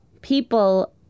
People